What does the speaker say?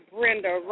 Brenda